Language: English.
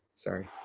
sorry.